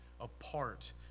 apart